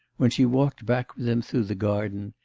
when she walked back with him through the garden,